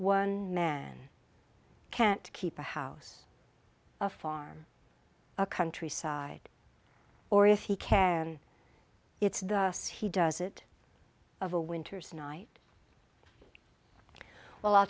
one man can't keep the house far countryside or if he can it's the us he does it of a winter's night well i'll